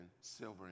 silver